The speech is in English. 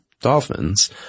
dolphins